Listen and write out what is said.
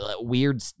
weird